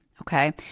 okay